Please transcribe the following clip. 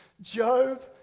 Job